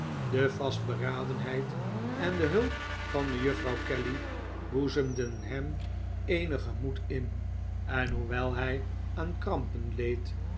de vastberadenheid en de hulp van mejuffrouw kelly boezemden hem eenigen moed in en hoewel hij aan krampen leed